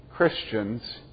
Christians